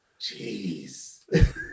Jeez